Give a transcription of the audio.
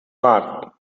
mark